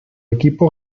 equipo